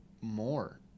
more